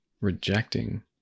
rejecting